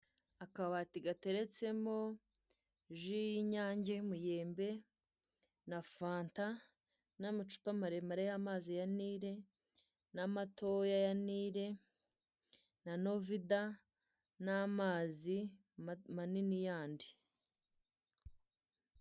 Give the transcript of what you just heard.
Akabati gateretsemo ji y'inyange y'imyembe na fanta n'amacupa maremare y'amazi ya nile n'amatoya ya nile na novida, n'amazi manini yandi.